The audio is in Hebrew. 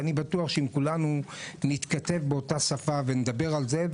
ואני בטוח שאם כולנו נתכתב באותה שפה ונדבר על זה,